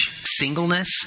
singleness